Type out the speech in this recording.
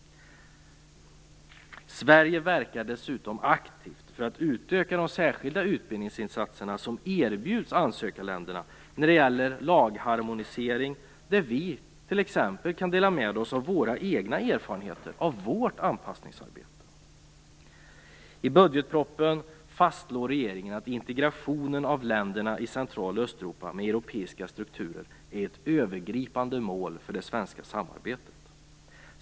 Sverige verkar dessutom aktivt för att utöka de särskilda utbildningsinsatser som erbjuds ansökarländerna när det gäller lagharmonisering. Vi kan t.ex. dela med oss av våra egna erfarenheter av vårt anpassningsarbete. I budgetpropositionen fastslår regeringen att integrationen av länderna i Central och Östeuropa med europeiska strukturer är ett övergripande mål för det svenska samarbetet.